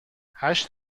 هشت